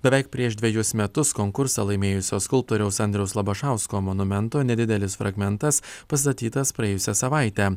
beveik prieš dvejus metus konkursą laimėjusio skulptoriaus andriaus labašausko monumento nedidelis fragmentas pastatytas praėjusią savaitę